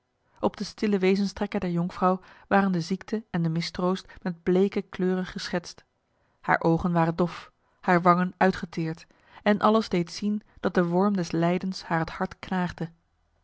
op de stille wezenstrekken der jonkvrouw waren de ziekte en de mistroost met bleke kleuren geschetst haar ogen waren dof haar wangen uitgeteerd en alles deed zien dat de worm des lijdens haar het hart